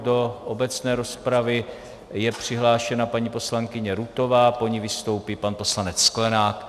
Do obecné rozpravy je přihlášena paní poslankyně Rutová, po ní vystoupí pan poslanec Sklenák.